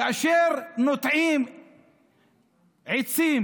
כאשר נוטעים עצים